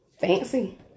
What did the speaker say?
Fancy